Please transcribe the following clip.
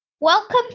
welcome